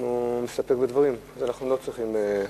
אנחנו נסתפק בדברים, אנחנו לא צריכים, אוקיי.